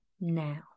now